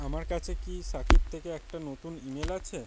আমার কাছে কি সাকিব থেকে একটা নতুন ইমেল আছে